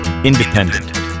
Independent